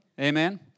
Amen